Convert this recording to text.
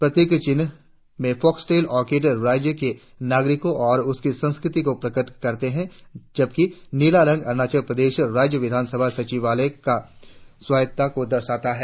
प्रतिक चिन्ह में फॉक्सटेल ऑर्किड राज्य के नागरिकों और उसकी संस्कृति को प्रकट करते है जबकि नीला रंग अरुणाचल प्रदेश राज्य विधानसभा सचिवालय की स्वायत्ता को दर्शाता है